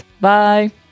Bye